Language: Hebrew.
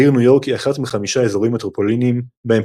העיר ניו יורק היא אחת מחמישה אזורים מטרופוליניים בהם